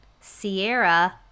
Sierra